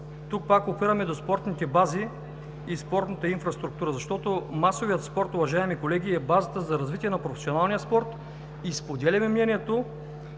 Тук пак опираме до спортните бази и спортната инфраструктура, защото масовият спорт, уважаеми колеги, е базата за развитие на професионалния спорт и споделяме мнението,